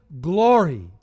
glory